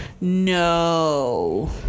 No